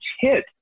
hit